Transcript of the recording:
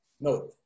No